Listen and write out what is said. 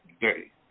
day